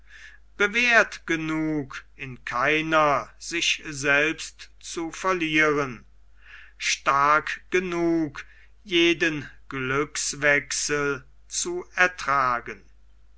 bewährt genug in keiner sich selbst zu verlieren stark genug jeden glückswechsel zu ertragen